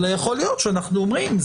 אלא יכול להיות שאנחנו אומרים,